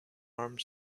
armed